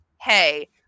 hey